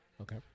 Okay